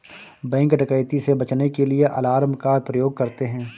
bank डकैती से बचने के लिए अलार्म का प्रयोग करते है